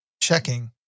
checking